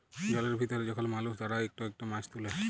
জলের ভিতরে যখল মালুস দাঁড়ায় ইকট ইকট মাছ তুলে